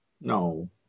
No